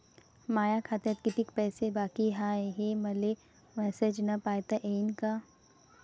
माया खात्यात कितीक पैसे बाकी हाय, हे मले मॅसेजन पायता येईन का?